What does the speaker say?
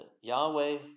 Yahweh